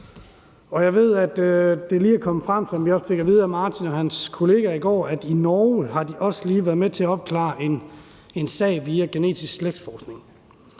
Jeg ved, at det lige er kommet frem, som vi også fik at vide af Martin og hans kollegaer i går, at man i Norge også lige har opklaret en sag via genetisk slægtsforskning.